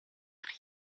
rien